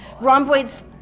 rhomboids